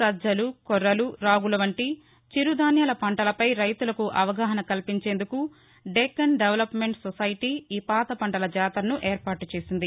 సజ్జలు కొరలు రాగులు వంటి చిరుధాన్యాల పంటలపై రైతులకు అవగాహన కల్పించేందుకు దెక్కన్ దెవలప్మెంట్ సొసైటి ఈ పాతపంటల జాతరను ఏర్పాటు చేసింది